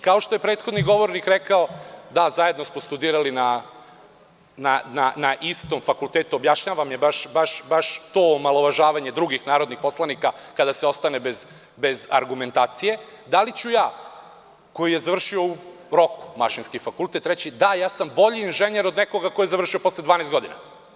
Kao što je prethodni govornik rekao, da, zajedno smo studirali na istom fakultetu i objašnjavam baš to omalovažavanje narodnih poslanika kada se ostane bez argumentacije, da li ću ja koji sam u roku završio Mašinski fakultet reći – da, ja sam bolji inženjer od nekoga ko je završio posle 12 godina?